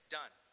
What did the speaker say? done